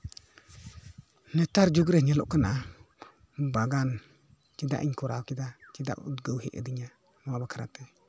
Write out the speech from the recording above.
ᱱᱮᱛᱟᱨ ᱡᱩᱜᱽᱨᱮ ᱧᱮᱞᱚᱜ ᱠᱟᱱᱟ ᱵᱟᱜᱟᱱ ᱪᱮᱫᱟᱜ ᱤᱧ ᱠᱚᱨᱟᱣ ᱠᱮᱫᱟ ᱩᱫᱽᱜᱟᱹᱣ ᱦᱮᱡ ᱟᱫᱤᱧᱟ ᱱᱚᱣᱟ ᱵᱟᱠᱷᱨᱟ ᱛᱮ